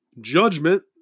Judgment